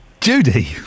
Judy